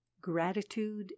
Gratitude